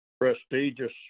prestigious